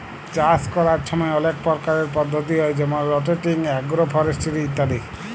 চাষ ক্যরার ছময় অলেক পরকারের পদ্ধতি হ্যয় যেমল রটেটিং, আগ্রো ফরেস্টিরি ইত্যাদি